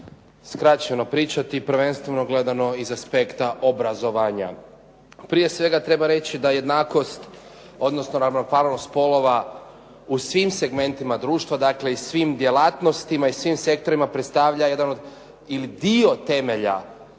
skraćeno pričati, prvenstveno gledano iz aspekta obrazovanja. Prije svega treba reći da jednakost, odnosno ravnopravnost spolova u svim segmentima društva, dakle i svim djelatnostima i svim sektorima predstavlja jedan